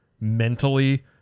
mentally